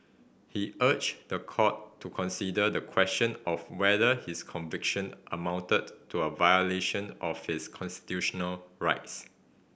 he urged the court to consider the question of whether his conviction amounted to a violation of his constitutional rights